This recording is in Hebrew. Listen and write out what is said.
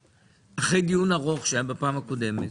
אחרי הדיון הארוך שהיה בפעם הקודמת,